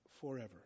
forever